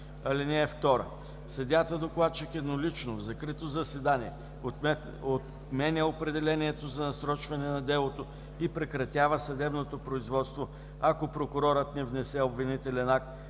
(2) Съдията-докладчик еднолично, в закрито заседание отменя определението за насрочване на делото и прекратява съдебното производство, ако прокурорът не внесе обвинителен акт